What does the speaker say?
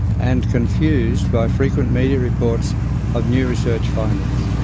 and confused by frequent media reports of new research findings.